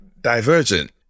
divergent